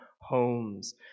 homes